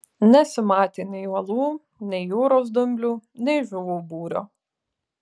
nesimatė nei uolų nei jūros dumblių nei žuvų būrio